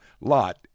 Lot